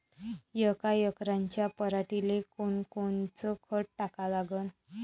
यका एकराच्या पराटीले कोनकोनचं खत टाका लागन?